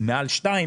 מעל 2,